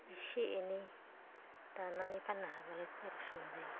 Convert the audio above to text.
एसे एनै दानानै फाननो हाबालाय खरस मोनजायो